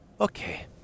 Okay